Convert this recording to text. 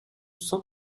cent